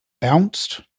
bounced